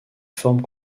forme